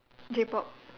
J-pop